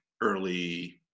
early